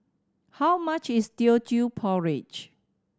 how much is Teochew Porridge